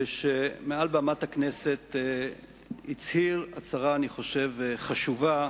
שמעל במת הכנסת הצהיר הצהרה חשובה,